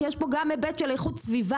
כי יש פה גם היבט של איכות סביבה,